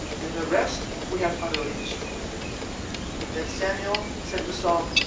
and the rest we have utterly destroyed then samuel said to saul,